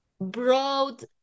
broad